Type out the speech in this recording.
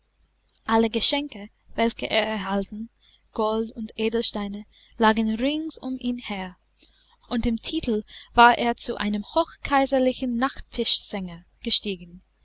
alle geschenke welche er erhalten gold und edelsteine lagen rings um ihn her und im titel war er zu einem hochkaiserlichen nachttischsänger gestiegen